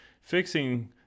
fixing